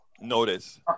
notice